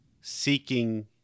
seeking